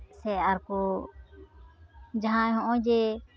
ᱥᱮ ᱟᱨᱠᱚ ᱡᱟᱦᱟᱸᱭ ᱦᱚᱜᱼᱚᱸᱭ ᱡᱮ